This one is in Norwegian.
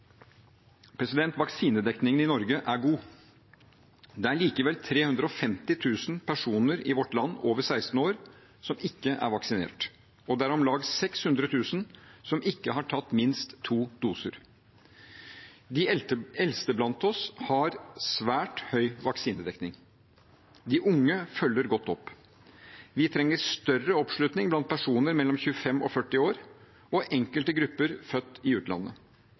Vaksinedekningen i Norge er god. Det er likevel 350 000 personer i vårt land over 16 år som ikke er vaksinert, og det er om lag 600 000 som ikke har tatt minst to doser. De eldste blant oss har svært høy vaksinedekning. De unge følger godt opp. Vi trenger større oppslutning blant personer mellom 25 og 40 år og enkelte grupper født i utlandet.